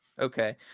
Okay